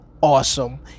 awesome